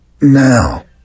now